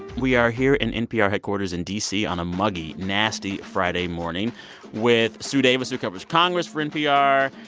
we are here in npr headquarters in d c. on a muggy, nasty friday morning with sue davis, who covers congress for npr,